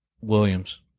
Williams